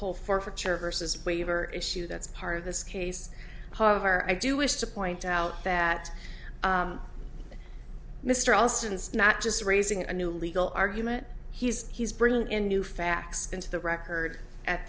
whole forfeiture versus waiver issue that's part of this case however i do wish to point out that mr alston it's not just raising a new legal argument he's he's bringing in new facts into the record at